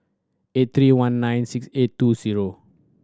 eight three one nine six eight two zero